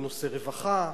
בנושא רווחה,